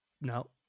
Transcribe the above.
No